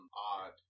odd